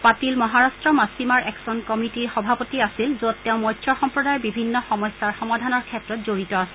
পাটিল মহাৰাট্ট মাচিমাৰ একচন কমিতিৰ সভাপতি আছিল যত তেওঁ মৎস্য সম্প্ৰদায়ৰ বিভিন্ন সমস্যাৰ সমাধানৰ ক্ষেত্ৰত জড়িত আছিল